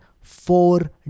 four